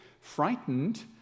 frightened